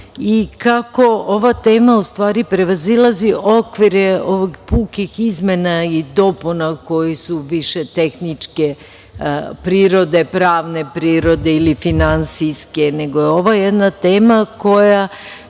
i kako ova tema u stvari prevazilazi okvire ovih pukih izmena i dopuna koje su više tehničke prirode, pravne prirode ili finansijske, nego ovo je jedna tema koja